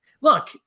look